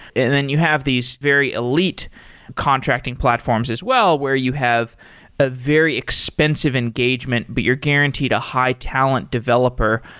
and then you have these very elite contracting platforms as well, where you have a very expensive engagement, but you're guaranteed a high-talent developer.